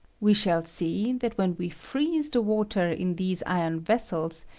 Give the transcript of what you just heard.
we shall see that when we freeze the water in these iron vessels,